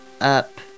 up